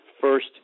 first